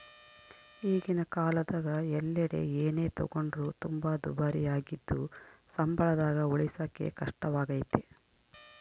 ಈಗಿನ ಕಾಲದಗ ಎಲ್ಲೆಡೆ ಏನೇ ತಗೊಂಡ್ರು ತುಂಬಾ ದುಬಾರಿಯಾಗಿದ್ದು ಸಂಬಳದಾಗ ಉಳಿಸಕೇ ಕಷ್ಟವಾಗೈತೆ